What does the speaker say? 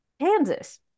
Kansas